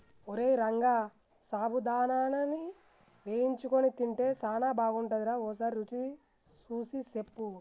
ఓరై రంగ సాబుదానాని వేయించుకొని తింటే సానా బాగుంటుందిరా ఓసారి రుచి సూసి సెప్పు